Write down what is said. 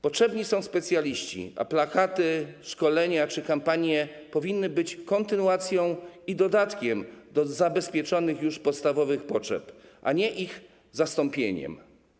Potrzebni są specjaliści, a plakaty, szkolenia czy kampanie powinny być kontynuacją i dodatkiem do zabezpieczonych już podstawowych potrzeb, a nie ich zastąpieniem.